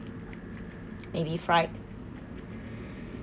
maybe fried